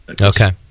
Okay